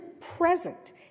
present